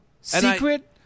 Secret